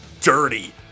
dirty